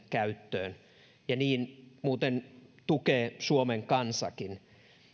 käyttöön ja niin muuten tukee suomen kansakin